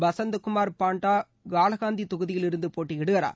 பசந்தகுமார் பாண்டா காலஹண்டி தொகுதியிலிருந்து போட்டியிடுகிறார்